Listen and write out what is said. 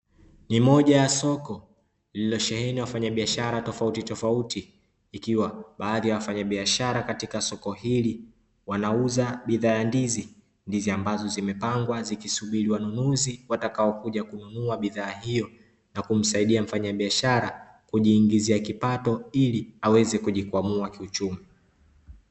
Ni moja ya soko lililosheheni wafanyabiashara tofautitofauti, ikiwa baadhi ya wafanyabiashara katika soko hili wanauza bidhaa ndizi, ndizi ambazo zimepangwa zikisubiri wanunuzi watakaokuja kununua bidhaa hiyo na kumsaidia mfanyabiashara kujiingizia kipato ili aweze kujikwamua kiuchumi.